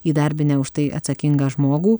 įdarbinę už tai atsakingą žmogų